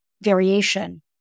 variation